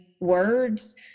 words